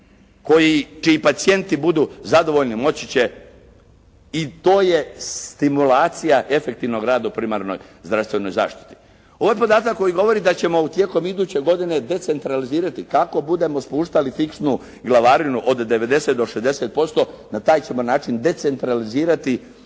koji, čiji pacijenti budu zadovoljni moći će i to je stimulacija efektivnog rada u primarnoj zdravstvenoj zaštiti. Ovaj podatak koji govori da ćemo tijekom iduće godine decentralizirati kako budemo spuštali fiksnu glavarinu od 90 do 60% na taj ćemo način decentralizirati